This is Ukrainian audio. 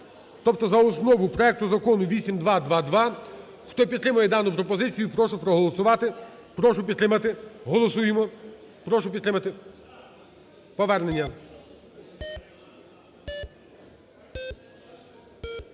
тобто за основу проекту Закону 8222. Хто підтримує дану пропозицію, прошу проголосувати, прошу підтримати. Голосуємо. Прошу підтримати повернення.